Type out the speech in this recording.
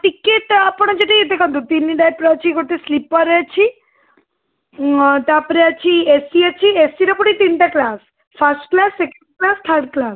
ticket ତ ଆପଣ ଯଦି ଦେଖନ୍ତୁ ତିନି ଟାଇପ୍ର ଅଛି ଗୋଟେ ସ୍ଲିପର୍ରେ ଅଛି ତା'ପରେ ଅଛି ଏସି ଅଛି ଏସିର ପୁଣି ତିନିଟା class first class second class third class